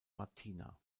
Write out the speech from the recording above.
martina